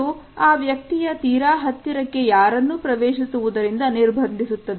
ಇದು ಆ ವ್ಯಕ್ತಿಯ ತೀರಾ ಹತ್ತಿರಕ್ಕೆ ಯಾರನ್ನೂ ಪ್ರವೇಶಿಸುವುದರಿಂದ ನಿರ್ಬಂಧಿಸುತ್ತದೆ